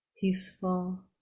peaceful